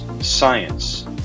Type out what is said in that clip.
science